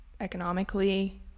economically